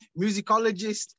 musicologist